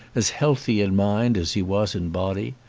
as healthy in mind as he was in body,